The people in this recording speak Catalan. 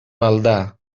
maldà